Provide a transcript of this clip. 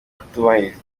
kutubahiriza